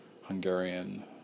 Hungarian